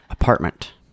Apartment